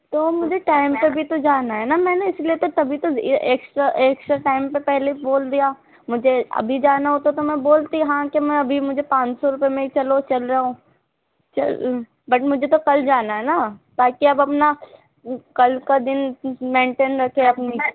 تو مجھے ٹائم سے بھی تو جانا ہے نا میں نے اس لیے تو تبھی تو ایکسٹرا ایکسٹرا ٹائم سے پہلے بول دیا مجھے ابھی جانا ہوتا تو میں بولتی ہاں کہ میں ابھی مجھے پانچ سو روپئے میں ہی چلو چل رہا ہوں بٹ مجھے تو کل جانا ہے نا تاکہ آپ اپنا کل کا دن مینٹین رکھیں اپنی